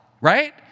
right